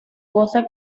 cosa